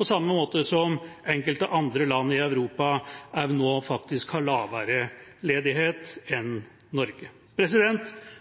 på samme måte som enkelte andre land i Europa også faktisk har lavere ledighet enn Norge.